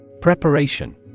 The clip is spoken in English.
Preparation